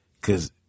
cause